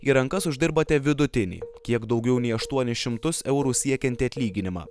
į rankas uždirbate vidutinį kiek daugiau nei aštuonis šimtus eurų siekiantį atlyginimą